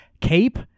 cape